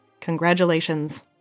Congratulations